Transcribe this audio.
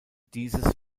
dieses